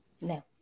No